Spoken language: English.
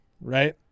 right